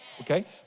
Okay